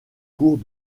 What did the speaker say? cours